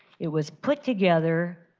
it was put together,